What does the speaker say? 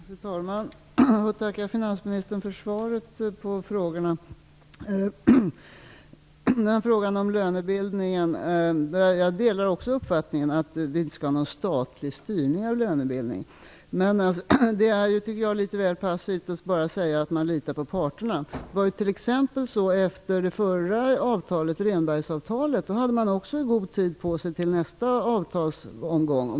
Fru talman! Jag tackar finansministern för svaren på frågorna. Jag delar också uppfattningen att det inte skall vara någon statlig styrning av lönebildningen. Men det är litet väl passivt, tycker jag, att bara säga att man litar på parterna. Efter förra avtalet, Rehnbergsavtalet, hade man också god tid på sig till nästa avtalsomgång.